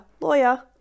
lawyer